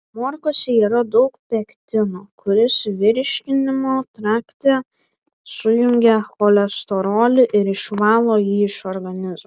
morkose yra daug pektino kuris virškinimo trakte sujungia cholesterolį ir išvalo jį iš organizmo